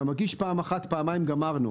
אתה מגיש פעם אחת, פעמיים גמרנו.